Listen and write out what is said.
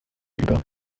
über